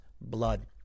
blood